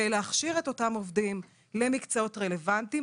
להכשיר את אותם עובדים למקצועות רלוונטיים,